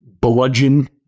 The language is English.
bludgeon